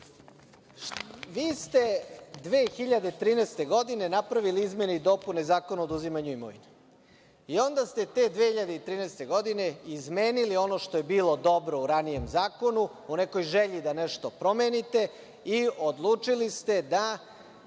Vi ste 2013. godine napravili izmene i dopune Zakona o oduzimanju imovine i onda ste te 2013. godine izmenili ono što je bilo dobro u ranijem zakonu, o nekoj želji da nešto promenite i odlučili ste da